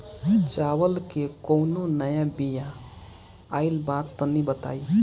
चावल के कउनो नया बिया आइल बा तनि बताइ?